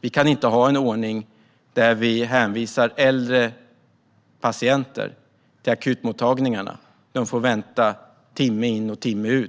Vi kan inte ha en ordning där vi hänvisar äldre patienter till akutmottagningarna, där de får vänta timme ut och timme in.